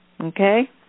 Okay